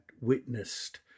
witnessed